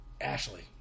Ashley